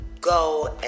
go